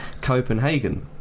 Copenhagen